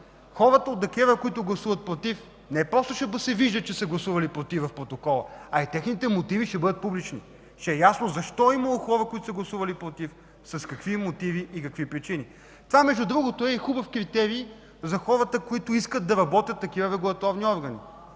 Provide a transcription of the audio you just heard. хората от ДКЕВР, които гласуват „против”, не просто ще се вижда, че са гласували „против” в протокола, а и техните мотиви ще бъдат публични. Ще е ясно защо е имало хора, които са гласували „против” – с какви мотиви и какви причини. Между другото това е и хубав критерий за хората, които искат да работят в такива регулаторни органи.